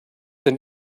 then